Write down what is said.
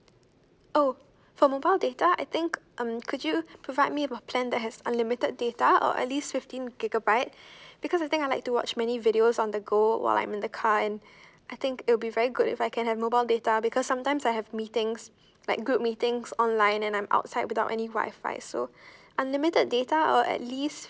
oh for mobile data I think um could you provide me a plan that has unlimited data or at least fifteen gigabyte because I think I like to watch many videos on the go while I'm in the car and I think it will be very good if I can have mobile data because sometimes I have meetings like group meetings online and I'm outside without any wifi so unlimited data or at least